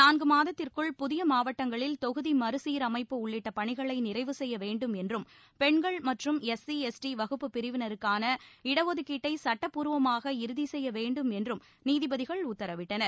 நான்கு மாதத்திற்குள் புதிய மாவட்டங்களில் தொகுதி மறு சீரமைப்பு உள்ளிட்ட பணிகளை நிறைவு செய்ய வேண்டும் என்றும் பெண்கள் மற்றும் எஸ்சி எஸ்டி வகுப்பு பிரிவினருக்கான இடஒதுக்கீட்டை சட்டப்பூர்வமாக இறுதி செய்ய வேண்டும் என்றும் நீதிபதிகள் உத்தரவிட்டனர்